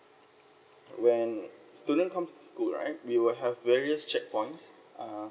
when student come to school right we will have various checkpoints uh